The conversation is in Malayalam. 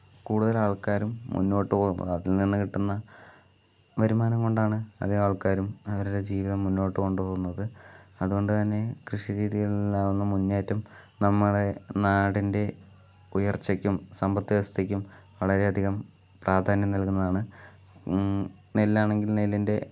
കൂടുതലും ആൾക്കാരും മുന്നോട്ട് പോകുന്നത് അതിൽ നിന്ന് കിട്ടുന്ന വരുമാനം കൊണ്ടാണ് അതേ ആൾക്കാരും അവരുടെ ജീവിതം മുന്നോട്ട് കൊണ്ട് പോകുന്നത് അതുകൊണ്ട് തന്നെ കൃഷി രീതികൾലുള്ള മുന്നേറ്റം നമ്മുടെ നാടിൻ്റെ ഉയർച്ചയ്ക്കും സമ്പത്ത് വ്യവസ്ഥയ്ക്കും വളരെയധികം പ്രാധാന്യം നൽകുന്നതാണ് നെല്ലാണെങ്കിലും നെല്ലിൻ്റെ